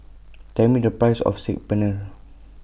Tell Me The Price of Saag Paneer